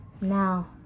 Now